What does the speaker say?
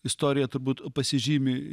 istorija turbūt pasižymi